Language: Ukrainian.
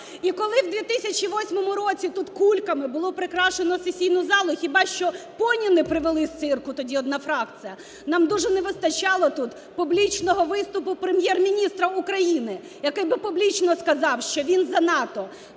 І коли в 2008 році тут кульками було прикрашено сесійну залу, хіба що поні не привела з цирку тоді одна фракція, нам дуже не вистачало тут публічного виступу Прем'єр-міністра України, який би публічно сказав, що він за НАТО.